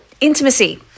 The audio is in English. intimacy